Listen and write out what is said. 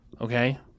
Okay